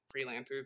freelancers